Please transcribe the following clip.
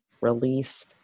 release